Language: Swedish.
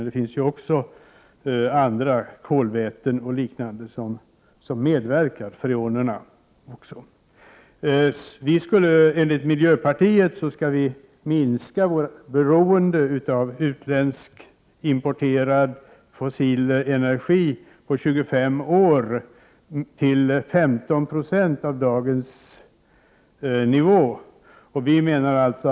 Det finns ju också andra kolväten och liknande som medverkar — även freonerna. Enligt miljöpartiet skall vi på 25 år minska vårt beroende av importerad fossil energi till 15 92 av dagens nivå.